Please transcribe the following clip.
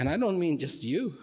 and i don't mean just you